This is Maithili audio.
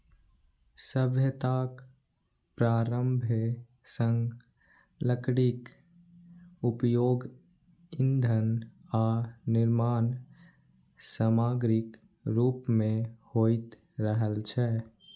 सभ्यताक प्रारंभे सं लकड़ीक उपयोग ईंधन आ निर्माण समाग्रीक रूप मे होइत रहल छै